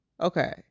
okay